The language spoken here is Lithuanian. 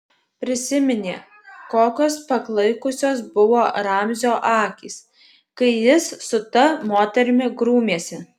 prisiminė kokios paklaikusios buvo ramzio akys kai jis su ta moterimi grūmėsi